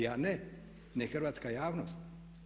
Ja ne, ni hrvatska javnost.